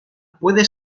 puede